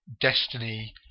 destiny